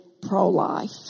pro-life